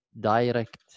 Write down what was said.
direct